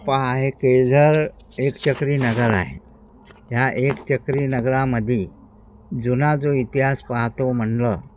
पहा हे केळझर एकचक्री नगर आहे ह्या एकचक्री नगरामध्ये जुना जो इतिहास पाहतो म्हणलं